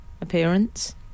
appearance